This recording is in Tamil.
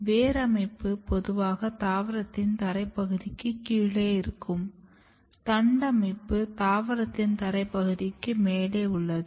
வேர் அமைப்பு பொதுவாக தாவரத்தின் தரை பகுதிக்குக் கீழே இருக்கும் தண்டமைப்பு தாவரத்தின் தரை பகுதிக்கு மேலே உள்ளது